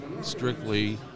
strictly